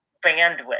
bandwidth